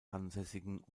ansässigen